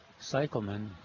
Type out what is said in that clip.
cyclemen